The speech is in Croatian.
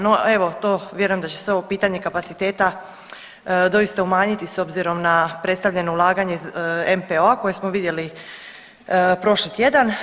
No to, vjerujem da će se ovo pitanje kapaciteta doista umanjiti s obzirom na predstavljeno ulaganje iz MPO-a koje smo vidjeli prošli tjedan.